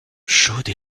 chaude